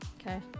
okay